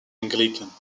anglican